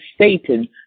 Satan